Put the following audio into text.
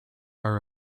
are